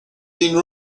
been